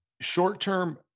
Short-term